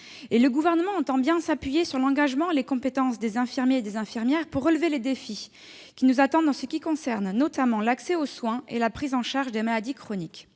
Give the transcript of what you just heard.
Le Gouvernement entend bien s'appuyer sur l'engagement et les compétences des infirmières et des infirmiers pour relever les défis qui nous attendent en ce qui concerne notamment l'accès aux soins et la prise en charge des maladies chroniques.